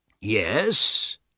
Yes